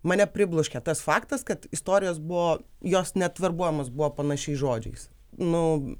mane pribloškė tas faktas kad istorijos buvo jos net verbuojamos buvo panašiais žodžiais nu